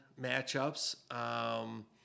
matchups